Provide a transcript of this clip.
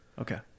Okay